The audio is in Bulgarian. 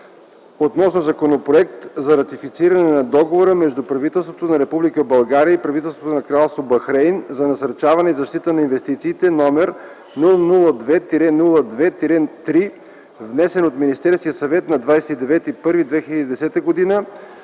относно Законопроект за ратифициране на Договора между правителството на Република България и правителството на Кралство Бахрейн за насърчаване и защита на инвестициите, № 002-02-3, внесен от Министерския съвет на 29.01.2010 г. на